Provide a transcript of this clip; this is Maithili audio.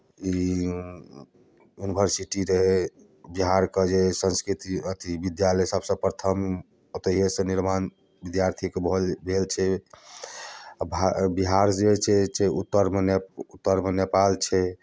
ई यूनिवर्सिटी रहै बिहारके जे संस्कृति अथि विद्यालयसभ से प्रथम ओतैहेसँ निर्माण विद्यार्थीके भऽ भेल छै भार बिहार जे छै उत्तरमे उत्तरमे नेपाल छै